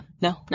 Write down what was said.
No